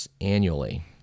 annually